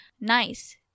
nice